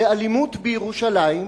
לאלימות בירושלים,